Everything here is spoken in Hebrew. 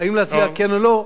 אם להצביע כן או לא.